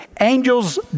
angels